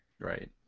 Right